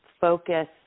focus